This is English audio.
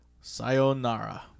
Sayonara